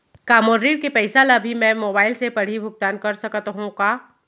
का मोर ऋण के पइसा ल भी मैं मोबाइल से पड़ही भुगतान कर सकत हो का?